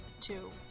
two